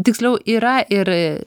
tiksliau yra ir